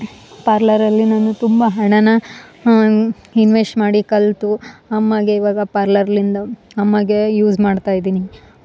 ಪಾರ್ಲರಲ್ಲಿ ನಾನು ತುಂಬಾ ಕಲ್ತೆ ತುಂಬ ಹಣಾನ ಇನ್ವೆಸ್ಟ್ ಮಾಡಿ ಕಲಿತು ಅಮ್ಮಗೆ ಈವಾಗ ಪಾರ್ಲರ್ಲಿಂದ ಅಮ್ಮಗೆ ಯೂಸ್ ಮಾಡ್ತಾ ಇದ್ದೀನಿ